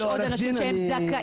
יש עוד אנשים שהם זכאים,